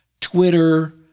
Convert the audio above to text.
Twitter